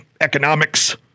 economics